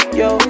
yo